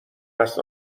است